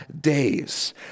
days